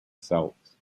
celts